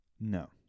No